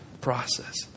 process